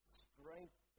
strength